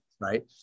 right